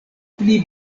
pli